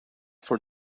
for